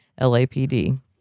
LAPD